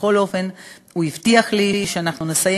ובכל אופן הוא הבטיח לי שאנחנו נסיים